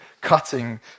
cutting